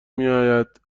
میاید